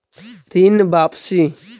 ऋण वापसी?